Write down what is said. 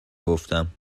گفتم